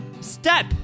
Step